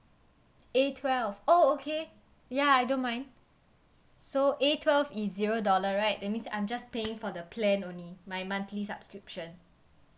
A twelve oh okay ya I don't mind so A twelve is zero dollar right that means I'm just paying for the plan only my monthly subscription